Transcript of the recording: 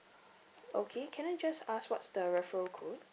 okay can I just ask what's the referral code